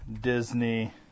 Disney